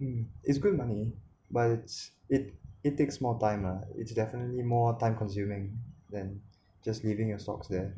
mm it's good money but it it takes more time lah it's definitely more time consuming than just leaving your socks there